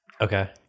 Okay